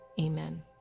Amen